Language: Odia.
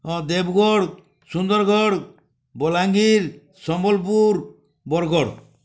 ହଁ ଦେବଗଡ଼ ସୁନ୍ଦରଗଡ଼ ବଲାଙ୍ଗୀର ସମ୍ବଲପୁର ବରଗଡ଼